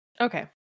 okay